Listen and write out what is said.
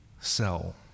sell